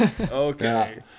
Okay